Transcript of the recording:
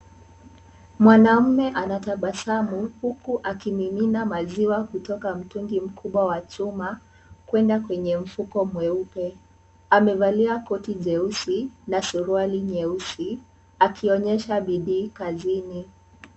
Mwanamume anatabasamu huku akimimina maziwa kutoka mtungi mkubwa wa chuma, kwenda kwenye mfuko mweupe. Amevalia koti nyeusi na suruali nyeusi, akionyesha bidii kazini.